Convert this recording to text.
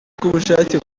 k’ubushake